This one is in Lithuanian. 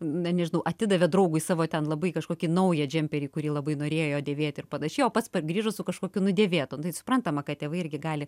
na nežinau atidavė draugui savo ten labai kažkokį naują džemperį kurį labai norėjo dėvėt ir panašiai o pats pargrįžo su kažkokiu nudėvėtu nu tai suprantama kad tėvai irgi gali